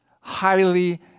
Highly